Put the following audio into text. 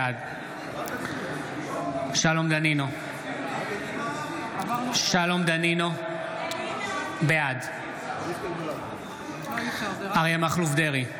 בעד שלום דנינו, בעד אריה מכלוף דרעי,